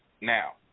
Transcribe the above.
Now